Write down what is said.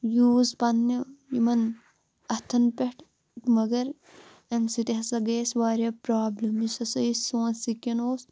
use پَنٛنہِ یِمَن اَتھَن پٮ۪ٹھ مگر امہِ سۭتۍ ہسا گٔے اسہِ واریاہ پرابلِم یُس ہسا یہِ سون سِکِن اوس